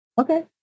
okay